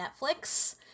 Netflix